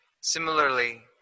Similarly